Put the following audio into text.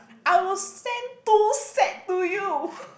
I will send two set to you